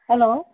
hello